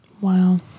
Wow